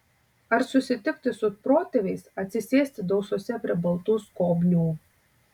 ar susitikti su protėviais atsisėsti dausose prie baltų skobnių